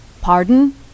Pardon